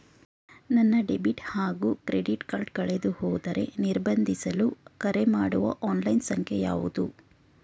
ನನ್ನ ಡೆಬಿಟ್ ಹಾಗೂ credit card ಕಳೆದುಹೋದರೆ ನಿರ್ಬಂಧಿಸಲು ಕರೆಮಾಡುವ ಆನ್ಲೈನ್ ಸಂಖ್ಯೆಯಾವುದು?